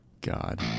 God